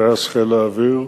טייס חיל האוויר,